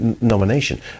nomination